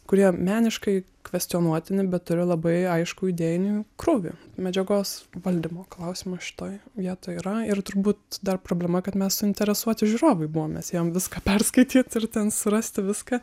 kurie meniškai kvestionuotini bet turi labai aiškų idėjinį krūvį medžiagos valdymo klausimas šitoj vietoj yra ir turbūt dar problema kad mes suinteresuoti žiūrovai buvom mes ėjom viską perskaityt ir ten surasti viską